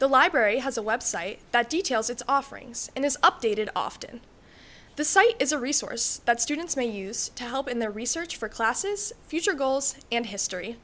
the library has a website that details its offerings and is updated often the site is a resource that students may use to help in their research for classes future goals and history